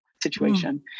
situation